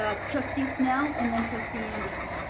ah trustee snell and then trustee anderson.